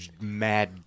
mad